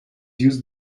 use